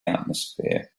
atmosphere